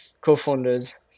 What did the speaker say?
co-founders